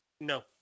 No